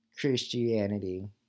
Christianity